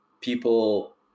people